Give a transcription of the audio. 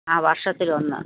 ആ വർഷത്തിലൊന്ന്